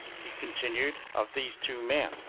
he continued, of these two men,